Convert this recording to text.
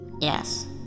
Yes